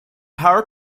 power